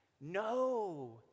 No